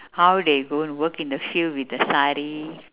how they go and work in the field with the sari